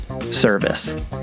service